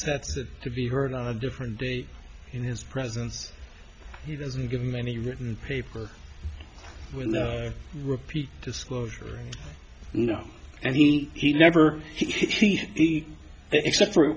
least to be heard on a different day in his presence he doesn't give him any written paper with repeat disclosure you know and he he never he except for